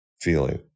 feeling